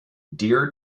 deer